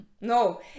no